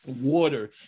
Water